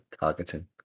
targeting